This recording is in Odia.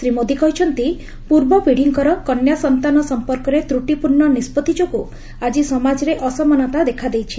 ଶ୍ରୀ ମୋଦି କହିଛନ୍ତି ପୂର୍ବ ପିଢ଼ିଙ୍କର କନ୍ୟା ସନ୍ତାନ ସମ୍ପର୍କରେ ତ୍ରୁଟିପୂର୍ଣ୍ଣ ନିଷ୍ପତ୍ତି ଯୋଗୁଁ ଆଜି ସମାଜରେ ଅସମାନତା ଦେଖା ଦେଇଛି